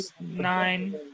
nine